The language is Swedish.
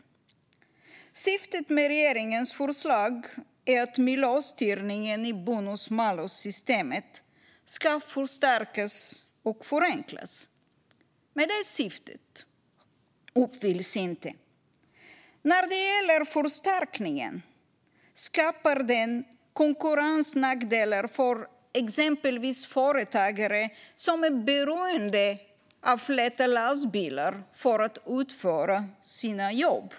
Syftet med regeringens förslag är att miljöstyrningen i bonus-malus-systemet ska förstärkas och förenklas, men det syftet uppfylls inte. När det gäller förstärkningen skapar den konkurrensnackdelar för exempelvis företagare som är beroende av lätta lastbilar för att utföra sina jobb.